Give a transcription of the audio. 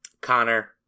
Connor